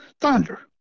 Thunder